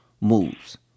moves